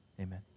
amen